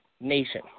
nation